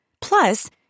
Plus